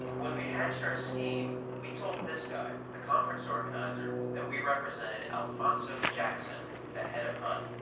when we'd hatched our scheme, we'd told this guy, the conference organizer, that we represented alphonso jackson, the head of hud.